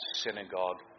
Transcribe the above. synagogue